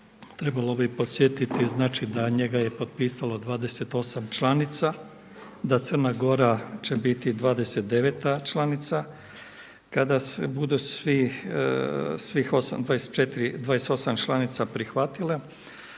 trebalo bi podsjetiti znači da njega je potpisalo 28 članica, da Crna Gora će biti 29.-ta članica. Kada …/Govornik se ne razumije./… svih 28 članica prihvatile,